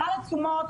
סל התשומות,